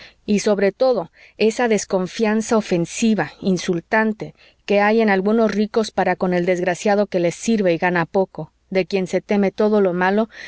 y sobre todo esa desconfianza ofensiva insultante que hay en algunos ricos para con el desgraciado que les sirve y gana poco de quien se teme todo lo malo